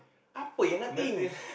apa yang nothing